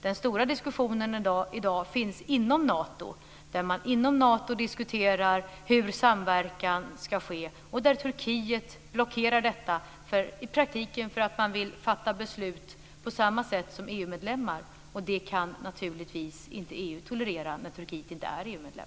Den stora diskussionen i dag finns inom Nato, där man diskuterar hur samverkan ska ske och där Turkiet blockerar detta för att man i praktiken vill fatta beslut på samma sätt som EU-medlemmar. Och det kan naturligtvis inte EU tolerera när Turkiet inte är EU-medlem.